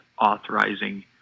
authorizing